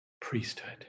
priesthood